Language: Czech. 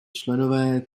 členové